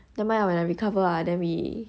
never mind ah when I recover then we